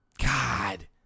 god